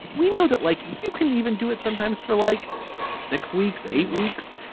we know that like you couldn't even do it sometimes for like six weeks eight weeks.